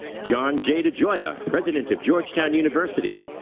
john j. degioia, president of georgetown university,